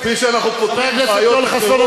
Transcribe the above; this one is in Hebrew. חבר הכנסת יואל חסון,